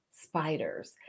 spiders